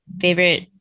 favorite